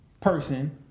person